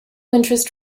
interest